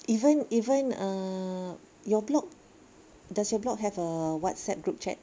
even even uh your block does your block have a WhatsApp group chat